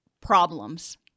problems